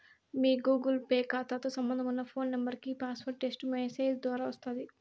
మీ Google Pay కాతాతో సంబంధమున్న phone నెంబరికి ఈ పాస్వార్డు టెస్టు మెసేజ్ దోరా వస్తాది